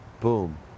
boom